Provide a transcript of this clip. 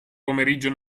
pomeriggio